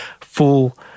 full